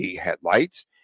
headlights